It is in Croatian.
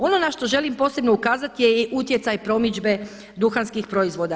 Ono na što želim posebno ukazati je utjecaj promidžbe duhanskih proizvoda.